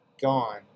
gone